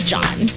John